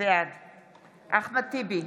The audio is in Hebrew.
בעד אחמד טיבי,